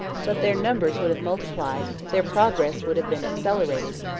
but their numbers would have multiplied, their progress would have been accelerated,